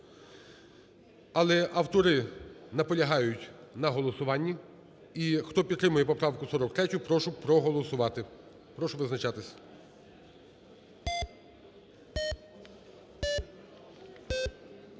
але автори наполягають на голосуванні. І хто підтримує поправку 43, прошу проголосувати. Прошу визначатися.